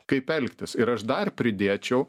kaip elgtis ir aš dar pridėčiau